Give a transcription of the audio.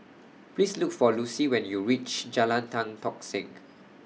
Please Look For Lucy when YOU REACH Jalan Tan Tock Seng